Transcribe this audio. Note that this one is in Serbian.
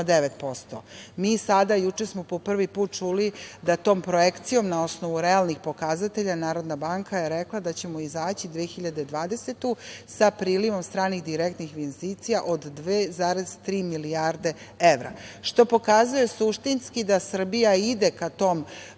bio 1,9%.Juče smo po prvi put čuli, da tom projekcijom, na osnovu realnih pokazatelja Narodna banka je rekla da ćemo izaći 2020. sa prilivom stranih direktnih investicija od 2,3 milijarde evra, što pokazuje suštinski da Srbija ide ka toj